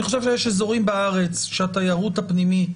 אגב, אני חושב שיש אזורים בארץ שהתיירות הפנימית